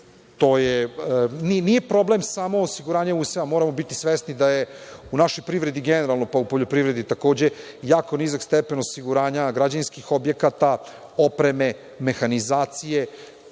novac. Nije problem samo osiguranje useva, moramo biti svesni da je u našoj privredi generalno, pa i u poljoprivredi takođe, jako nizak stepen osiguranja građevinskih objekata, opreme, mehanizacije. Prosto